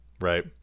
right